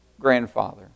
grandfather